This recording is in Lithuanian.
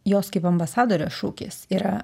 jos kaip ambasadorės šūkis yra